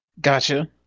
Gotcha